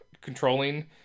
controlling